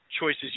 choices